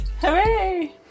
Hooray